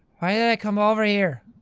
why did i come over here?